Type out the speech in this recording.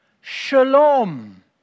Shalom